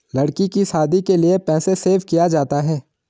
लड़की की शादी के लिए पैसे सेव किया जाता है